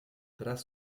tras